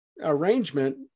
arrangement